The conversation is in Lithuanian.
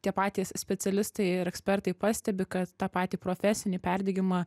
tie patys specialistai ir ekspertai pastebi kad tą patį profesinį perdegimą